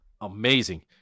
amazing